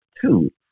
two